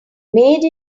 made